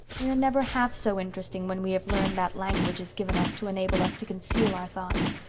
we are never half so interesting when we have learned that language is given us to enable us to conceal our thoughts.